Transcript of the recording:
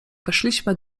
weszliśmy